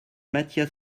matthias